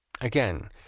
Again